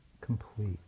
complete